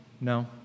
no